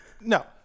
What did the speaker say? no